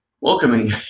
welcoming